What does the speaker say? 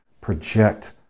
project